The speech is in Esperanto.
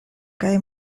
kaj